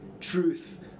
truth